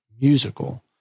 musical